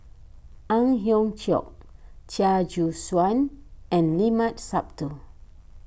Ang Hiong Chiok Chia Choo Suan and Limat Sabtu